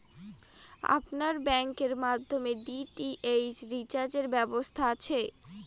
আপনার ব্যাংকের মাধ্যমে ডি.টি.এইচ রিচার্জের ব্যবস্থা আছে?